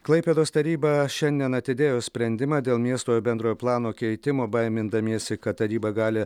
klaipėdos taryba šiandien atidėjo sprendimą dėl miesto bendrojo plano keitimo baimindamiesi kad taryba gali